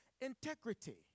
integrity